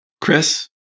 Chris